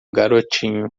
garotinho